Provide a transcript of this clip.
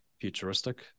futuristic